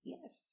Yes